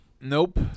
Nope